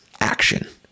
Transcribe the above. action